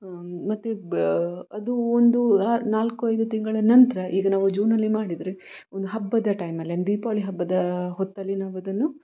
ಮತ್ತು ಬ ಅದು ಒಂದು ಆರು ನಾಲ್ಕು ಐದು ತಿಂಗಳ ನಂತರ ಈಗ ನಾವು ಜೂನಲ್ಲಿ ಮಾಡಿದರೆ ಒಂದು ಹಬ್ಬದ ಟೈಮಲ್ಲಿ ಅಂದರೆ ದೀಪಾವಳಿ ಹಬ್ಬದ ಹೊತ್ತಲ್ಲಿ ನಾವದನ್ನು